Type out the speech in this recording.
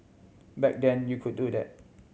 back then you could do that